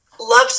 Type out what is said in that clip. love